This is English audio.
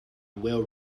well